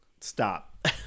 stop